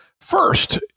First